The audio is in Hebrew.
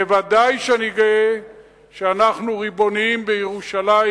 ודאי שאני גאה שאנחנו ריבוניים בירושלים,